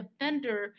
offender